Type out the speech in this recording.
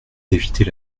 d’éviter